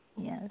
Yes